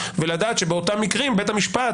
ולדעת שבאותם מקרים בית המשפט,